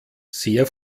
sehr